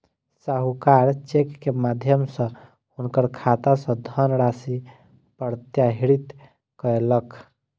साहूकार चेक के माध्यम सॅ हुनकर खाता सॅ धनराशि प्रत्याहृत कयलक